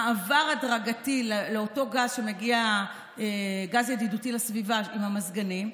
מעבר הדרגתי לאותו גז ידידותי לסביבה עם המזגנים,